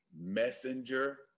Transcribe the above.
messenger